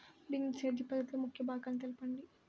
బిందు సేద్య పద్ధతిలో ముఖ్య భాగాలను తెలుపండి?